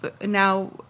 now